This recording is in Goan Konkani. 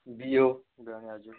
बियो भेण्याच्यो